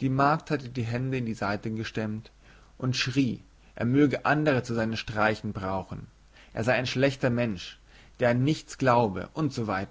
die magd hatte die hände in die seiten gestemmt und schrie er möge andere zu seinen streichen brauchen er sei ein schlechter mensch der an nichts glaube usw